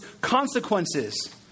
consequences